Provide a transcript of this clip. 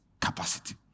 capacity